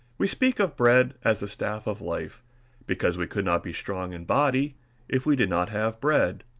we speak of bread as the staff of life because we could not be strong in body if we did not have bread.